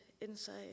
inside